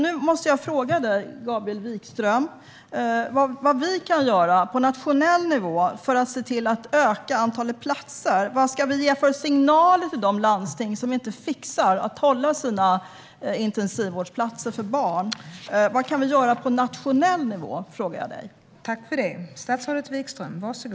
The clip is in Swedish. Nu måste jag fråga dig, Gabriel Wikström, vad vi kan göra på nationell nivå för att öka antalet platser. Vad ska vi ge för signaler till de landsting som inte fixar att hålla sina intensivvårdsplatser för barn öppna? Vad kan vi göra på nationell nivå? Det frågar jag dig.